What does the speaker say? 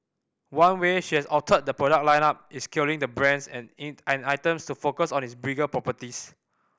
one way she has altered the product lineup is killing the brands and and items to focus on its bigger properties